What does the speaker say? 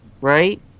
right